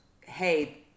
hey